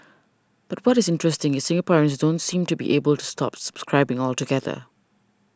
but what is interesting is Singaporeans don't seem to be able to stop subscribing altogether